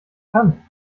kann